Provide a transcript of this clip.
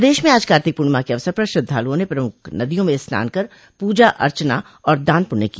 प्रदेश में आज कार्तिक पूर्णिमा के अवसर पर श्रद्वालुओं ने प्रमुख नदियों में स्नान कर पूजा अर्चना और दान पुण्य किया